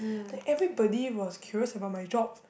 then everybody was curious about my job